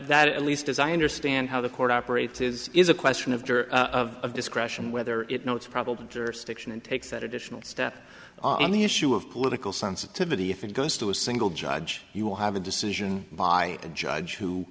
that at least as i understand how the court operates is is a question of of discretion whether it now it's probably jurisdiction and takes that additional step on the issue of political sensitivity if it goes to a single judge you will have a decision by a judge who